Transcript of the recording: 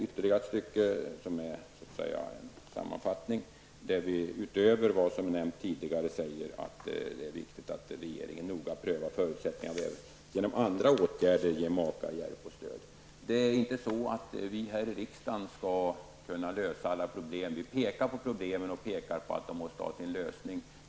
Vidare skriver vi att utöver vad som tidigare nämnts är det viktigt att regeringen noga prövar förutsättningarna för att genom andra åtgärder ge makar stöd och hjälp. Det är inte så att vi här i riksdagen skall kunna lösa alla problem. Vi pekar på problemen och säger att de måste få sin lösning.